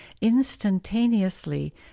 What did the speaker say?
instantaneously